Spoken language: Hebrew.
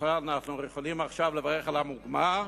אנחנו יכולים עכשיו לברך על המוגמר.